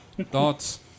Thoughts